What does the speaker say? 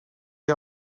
jij